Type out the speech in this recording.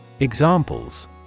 Examples